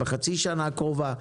בחצי שנה הקרובה,